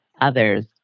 others